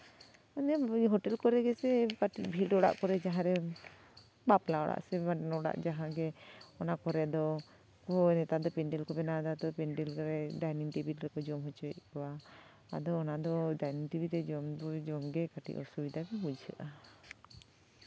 ᱚᱱᱟ ᱦᱳᱴᱮᱞ ᱠᱚᱨᱮ ᱜᱮᱥᱮ ᱠᱟᱹᱴᱤᱡ ᱵᱷᱤᱲ ᱚᱲᱟᱜ ᱠᱚᱨᱮ ᱡᱟᱦᱟᱸᱨᱮ ᱵᱟᱯᱞᱟ ᱚᱲᱟᱜ ᱥᱮ ᱵᱷᱟᱸᱰᱟᱱ ᱚᱲᱟᱜ ᱡᱟᱦᱟᱸᱜᱮ ᱚᱱᱟ ᱠᱚᱨᱮ ᱫᱚ ᱱᱮᱛᱟᱨ ᱫᱚ ᱯᱮᱱᱰᱮᱞ ᱠᱚ ᱵᱮᱱᱟᱣ ᱫᱟᱛᱚ ᱯᱮᱱᱰᱮᱞ ᱨᱮ ᱰᱟᱭᱱᱤᱝ ᱴᱮᱵᱤᱞ ᱨᱮᱠᱚ ᱡᱚᱢ ᱦᱚᱪᱚᱭᱮᱜ ᱠᱚᱣᱟ ᱟᱫᱚ ᱚᱱᱟᱫᱚ ᱰᱟᱭᱱᱤᱝ ᱴᱮᱵᱤᱞ ᱨᱮ ᱡᱚᱢ ᱫᱚᱭ ᱡᱚᱢ ᱫᱚ ᱠᱟᱹᱴᱤᱡ ᱚᱥᱩᱵᱤᱫᱷᱟ ᱵᱩᱡᱷᱟᱹᱜᱼᱟ